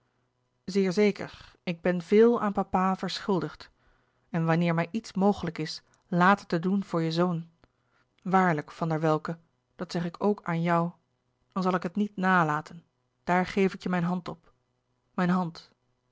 zeer zeker ik ben veel aan papa verschuldigd en wanneer mij iets mogelijk is later te doen voor je zoon waarlijk van der welcke dat zeg ik ook aan jou dan zal ik het niet nalaten daar geef ik je mijn hand op mijn hand